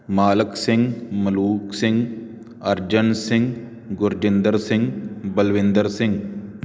ਮਾਲਕ ਸਿੰਘ ਮਲੂਕ ਸਿੰਘ ਅਰਜਨ ਸਿੰਘ ਗੁਰਜਿੰਦਰ ਸਿੰਘ ਬਲਵਿੰਦਰ ਸਿੰਘ